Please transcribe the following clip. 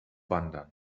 wandern